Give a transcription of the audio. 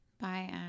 Bye